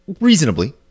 reasonably